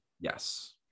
Yes